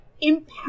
impact